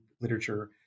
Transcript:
literature